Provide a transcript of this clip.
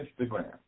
Instagram